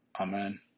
amen